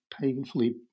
painfully